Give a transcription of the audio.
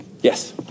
Yes